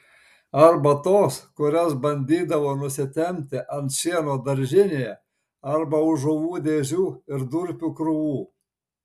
arba tos kurias bandydavo nusitempti ant šieno daržinėje arba už žuvų dėžių ir durpių krūvų